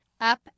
Up